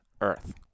Earth